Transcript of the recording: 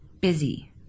busy